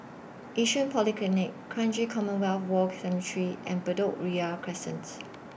Yishun Polyclinic Kranji Commonwealth War Cemetery and Bedok Ria Crescent